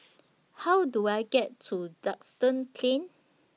How Do I get to Duxton Plain